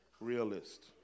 realist